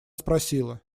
спросила